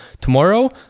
tomorrow